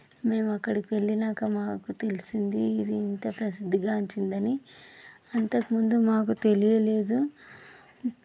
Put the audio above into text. మేము అక్కడకు వెళ్ళినాక మాకు తెలిసింది ఇది ఇంత ప్రసిద్ధిగాంచిందని అంతకుముందు మాకు తెలియలేదు